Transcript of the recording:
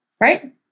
right